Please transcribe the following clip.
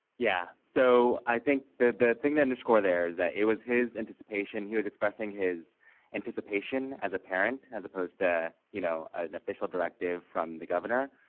yeah, so i think the thing to underscore there is that it was his anticipation he was expressing his anticipation as a parent as opposed ah you know an official directive from the governor.